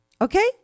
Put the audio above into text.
Okay